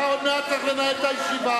אתה עוד מעט צריך לנהל את הישיבה,